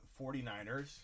49ers